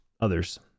others